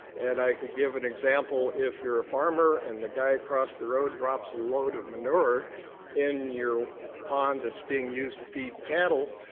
and i could give an example if you're a farmer, and the guy across the road drops a load of manure in your pond that's being used to feed cattle,